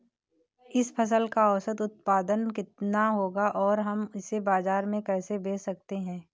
इस फसल का औसत उत्पादन कितना होगा और हम इसे बाजार में कैसे बेच सकते हैं?